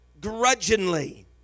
grudgingly